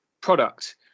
product